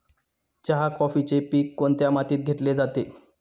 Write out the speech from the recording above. चहा, कॉफीचे पीक कोणत्या मातीत घेतले जाते?